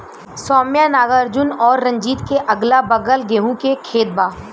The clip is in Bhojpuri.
सौम्या नागार्जुन और रंजीत के अगलाबगल गेंहू के खेत बा